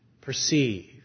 perceive